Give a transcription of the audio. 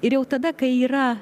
ir jau tada kai yra